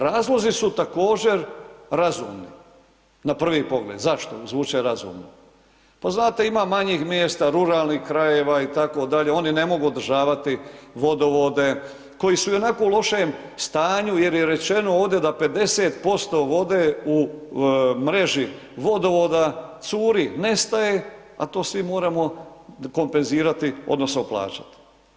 Razlozi su također razumni na prvi pogled, zašto zvuče razumno, pa znate ima manjih mjesta, ruralnih krajeva itd., oni ne mogu održavati vodovode koji su ionako u lošem stanju jer je rečeno ovdje da 50% vode u mreži vodovoda curi, nestaje, a to svi moramo kompenzirati odnosno plaćati.